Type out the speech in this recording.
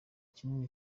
kinini